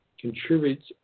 contributes